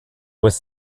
was